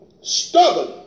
Stubborn